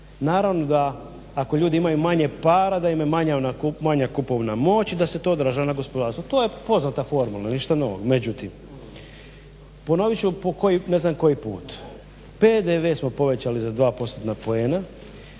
Naravno da ako ljudi imaju manje para da im je manja kupovna moć i da se to odražava na gospodarstvo, to je poznata formula ništa novo. Međutim ponovit ću po ne znam koji put, PDV smo povećali za 2%-tna poena